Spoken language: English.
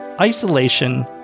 isolation